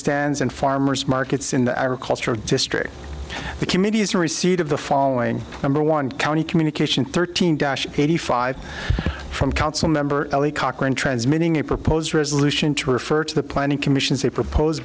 stands and farmers markets in the agricultural district the committee is in receipt of the following number one county communication thirteen dash eighty five from council member ellie cochrane transmitting a proposed resolution to refer to the planning commission is a propose